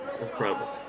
Incredible